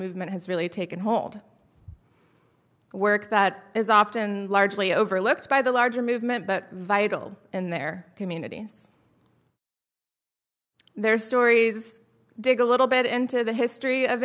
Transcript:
movement has really taken hold work that is often largely overlooked by the larger movement but vital in their communities their stories dig a little bit into the history of